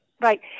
right